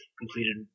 completed